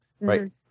right